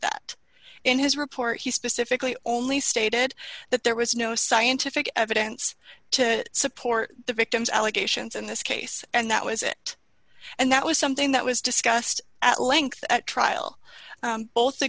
that in his report he specifically only stated that there was no scientific evidence to support the victim's allegations in this case and that was it and that was something that was discussed at length at trial both the